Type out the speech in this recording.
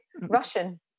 Russian